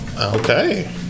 Okay